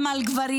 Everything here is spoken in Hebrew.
גם על גברים,